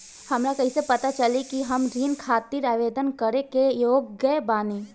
हमरा कईसे पता चली कि हम ऋण खातिर आवेदन करे के योग्य बानी?